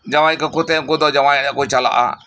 ᱡᱟᱶᱟᱭ ᱠᱟᱠᱚ ᱛᱮ ᱩᱱᱠᱩ ᱫᱚ ᱡᱟᱶᱟᱭ ᱚᱲᱟᱜ ᱠᱚ ᱪᱟᱞᱟᱜᱼᱟ